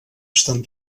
estan